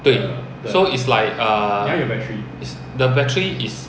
对 so it's like err it's the battery is